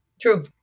True